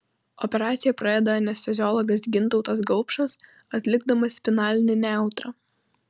operaciją pradeda anesteziologas gintautas gaupšas atlikdamas spinalinę nejautrą